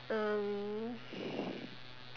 um